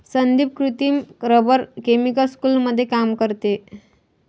संदीप कृत्रिम rubber chemical स्कूलमध्ये काम करते